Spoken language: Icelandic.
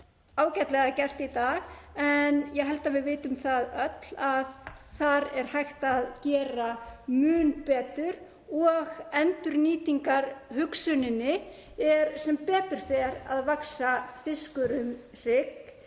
ágætlega gert í dag en ég held að við vitum öll að þar er hægt að gera mun betur. Endurnýtingarhugsuninni er sem betur fer að vaxa fiskur um hrygg.